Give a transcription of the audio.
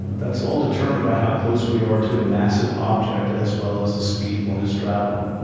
that's all determined by how close we are to a massive object as well as the speed one is traveling.